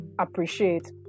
appreciate